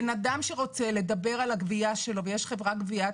בן אדם שרוצה לדבר על הגבייה שלו ויש חברת גבייה,